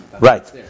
Right